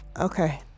Okay